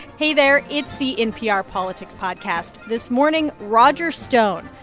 hey there. it's the npr politics podcast. this morning, roger stone,